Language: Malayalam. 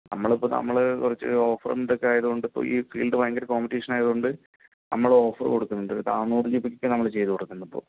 നമ്മൾ ഇപ്പോൾ നമ്മള് കുറച്ച് ഓഫറൂം ഇതൊക്കെ ആയതുകൊണ്ട് ഇപ്പോൾ ഈ ഫീല്ഡ് ഭയങ്കര കോംമ്പപറ്റീഷൻ ആയതുകൊണ്ട് നമ്മൾ ഓഫർ കൊടുക്കുന്നുണ്ട് നാന്നൂറ് രൂപക്ക് ഒക്കെ നമ്മൾ ചെയ്ത് കൊടുക്കുന്നത് ഇപ്പോൾ